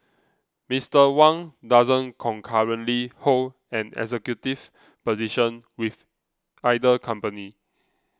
Mister Wang doesn't currently hold an executive position with either company